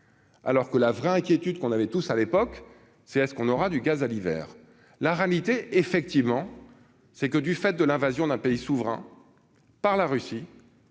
alors que la vraie inquiétude qu'on avait tous à l'époque c'est est ce qu'on aura du gaz à l'hiver, la réalité, effectivement c'est que du fait de l'invasion d'un pays souverain par la Russie.